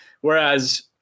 Whereas –